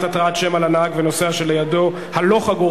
התרעת שמע לנהג ולנוסע שלידו הלא-חגורים),